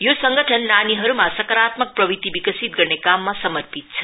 यो संगठन नानीहरुमा सकारात्मक प्रवृत्ति विकसित गर्ने काममा समर्पित छ